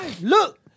Look